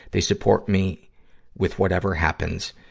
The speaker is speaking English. they support me with whatever happens.